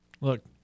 look